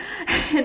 and